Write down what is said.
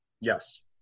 Yes